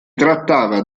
trattava